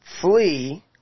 flee